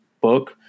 book